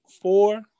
four